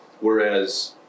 whereas